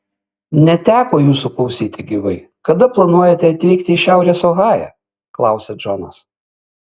neteko jūsų klausyti gyvai kada planuojate atvykti į šiaurės ohają klausia džonas